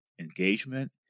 engagement